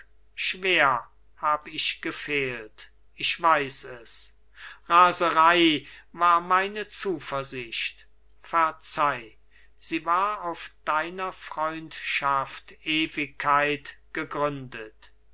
schwer hab ich gefehlt ich weiß es raserei war meine zuversicht verzeih sie war auf deiner freundschaft ewigkeit gegründet